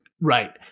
right